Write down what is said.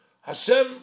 Hashem